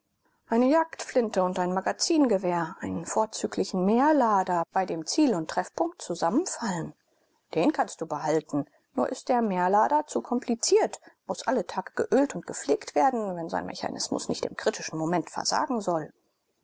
eine jagdflinte und ein magazingewehr einen vorzüglichen mehrlader bei dem ziel und treffpunkt zusammenfallen den kannst du behalten nur ist der mehrlader zu kompliziert muß alle tage geölt und gepflegt werden wenn sein mechanismus nicht im kritischen moment versagen soll